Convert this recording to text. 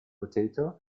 potato